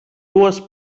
dues